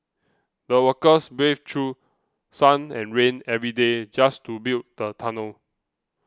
the workers braved through sun and rain every day just to build the tunnel